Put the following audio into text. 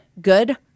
good